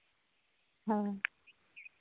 ᱦᱳᱭ